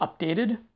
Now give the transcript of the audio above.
updated